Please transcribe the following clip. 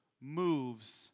moves